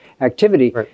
activity